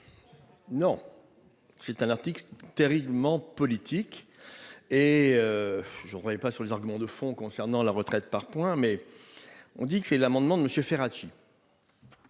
Non. C'est un article terriblement politique et. Je ne connais pas sur les arguments de fond concernant la retraite par points mais. On dit que c'est l'amendement de monsieur Ferracci.